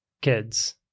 kids